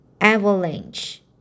avalanche